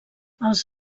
els